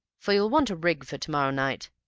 for you'll want a rig for to-morrow night.